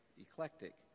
eclectic